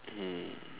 mm